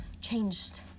changed